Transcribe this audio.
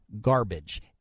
garbage